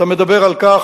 אתה מדבר על כך,